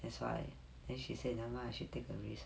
that's why then she said nevermind she take the risk